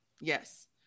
Yes